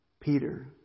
Peter